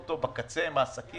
הוא שייעשה ואין חדש תחת